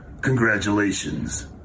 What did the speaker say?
congratulations